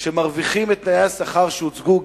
שמרוויחים את תנאי השכר שהוצגו,